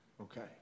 Okay